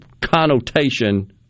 connotation